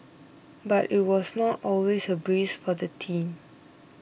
but it was not always a breeze for the team